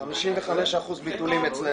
--- שזה טוב --- 55% ביטולים אצלנו.